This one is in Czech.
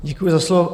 Děkuji za slovo.